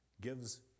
gives